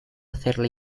hacerla